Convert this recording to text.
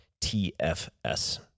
TFS